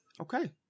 Okay